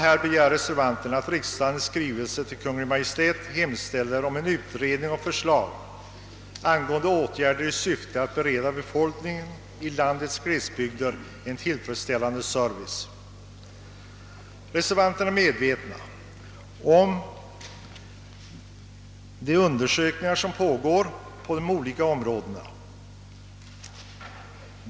Här begär reservanterna att riksdagen i skrivelse till Kungl. Maj:t hemställer »om utredning och förslag angående åtgärder i syfte att bereda befolkningen i landets glesbygder en tillfredsställande service». Reservanterna är medvetna om de undersökningar som redan pågår på olika områden.